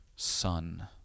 son